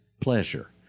pleasure